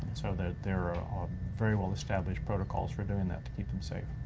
sort of there there are very well-established protocols for doing that to keep them safe.